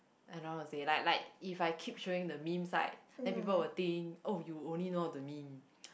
I don't know how to say like like if I keep showing the meme side then people will think oh you only know how to meme